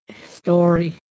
story